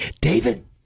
David